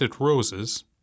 roses